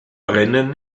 brennen